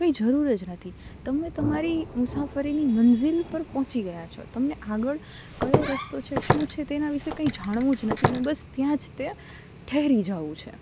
કંઈ જરૂર જ નથી તમે તમારી મુસાફરીની મંઝીલ પર પહોંચી ગયા છો તમને આગળ કયો રસ્તો છે શું છે તેના વિશે કંઈ જાણવું જ નથી અને બસ ત્યાં જ તે ઠરી જવું છે